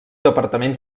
departament